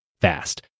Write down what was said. fast